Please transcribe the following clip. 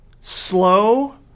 slow